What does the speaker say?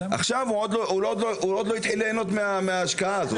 הוא עוד לא התחיל להנות מההשקעה הזאת.